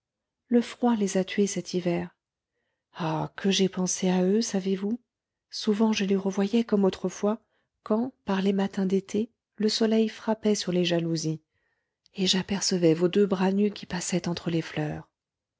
le froid les a tués cet hiver ah que j'ai pensé à eux savez-vous souvent je les revoyais comme autrefois quand par les matins d'été le soleil frappait sur les jalousies et j'apercevais vos deux bras nus qui passaient entre les fleurs